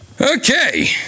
okay